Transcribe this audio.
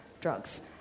drugs